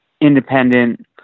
independent